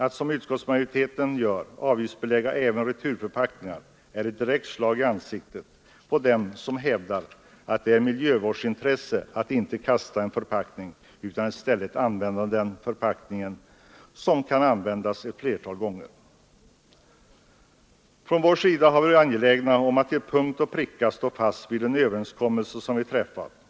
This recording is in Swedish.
Att som utskottsmajoriteten gör avgiftsbelägga även returförpackningar är ett direkt slag i ansiktet på dem som hävdar att det är ett miljövårdsintresse att inte kasta en förpackning utan i stället använda sådana förpackningar som kan utnyttjas flera gånger. Från vår sida har vi varit angelägna om att till punkt och pricka stå fast vid den överenskommelse som vi träffat.